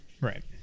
Right